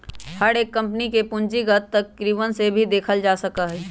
हर एक कम्पनी के पूंजीगत तरीकवन से ही देखल जा सका हई